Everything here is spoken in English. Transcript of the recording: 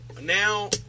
Now